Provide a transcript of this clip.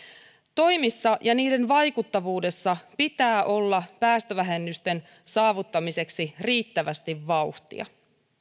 toimissa ja niiden vaikuttavuudessa pitää olla päästövähennysten saavuttamiseksi riittävästi vauhtia